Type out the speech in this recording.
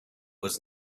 was